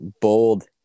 bold